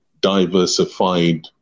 diversified